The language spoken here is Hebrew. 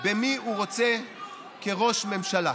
מי הוא רוצה כראש ממשלה.